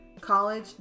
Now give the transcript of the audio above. college